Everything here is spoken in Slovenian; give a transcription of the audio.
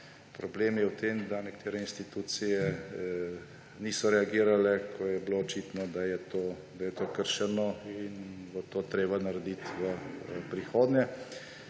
Problem je v tem, da nekatere institucije niso reagirale, ko je bilo očitno, da je to kršeno. To bo treba narediti v prihodnje.